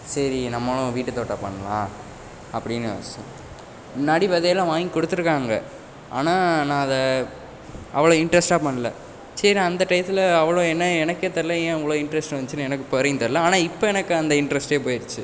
சரி நம்மளும் வீட்டுத்தோட்டம் பண்ணலாம் அப்படின்னு சொ முன்னாடி விதையெல்லாம் வாங்கி கொடுத்துருக்காங்க ஆனால் நான் அதை அவ்வளோ இன்ட்ரெஸ்ட்டாக பண்ணல சரி அந்த டையத்தில் அவ்வளோ ஏன்னா எனக்கே தெரில ஏன் இவ்வளோ இன்ட்ரெஸ்ட் வந்துச்சுன்னு எனக்கு இப்போ வரையும் தெரில ஆனால் இப்போ எனக்கு அந்த இன்ட்ரெஸ்ட்டே போய்ருச்சு